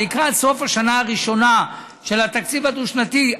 לקראת סוף השנה הראשונה של התקציב הדו-שנתי,